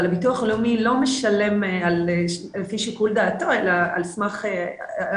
אבל הביטוח הלאומי לא משלם לפי שיקול דעתו אלא ע"פ החוק.